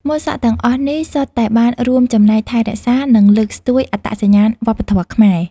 ម៉ូតសក់ទាំងអស់នេះ សុទ្ធតែបានរួមចំណែកថែរក្សា និងលើកស្ទួយអត្តសញ្ញាណវប្បធម៌ខ្មែរ។